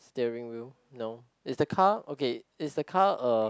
steering wheel no is the car okay is the car uh